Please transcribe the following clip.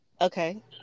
Okay